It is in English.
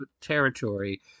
territory